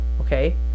okay